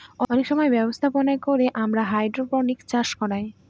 অনেক সব ব্যবস্থাপনা করে আমরা হাইড্রোপনিক্স চাষ করায়